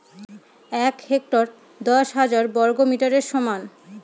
এক হেক্টর দশ হাজার বর্গমিটারের সমান